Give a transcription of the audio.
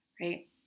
right